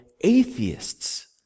atheists